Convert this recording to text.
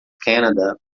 canada